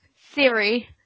Siri